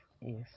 Yes